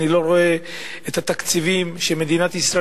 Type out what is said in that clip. אני לא רואה את התקציבים שמדינת ישראל